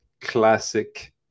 classic